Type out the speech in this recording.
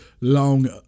long